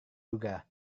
juga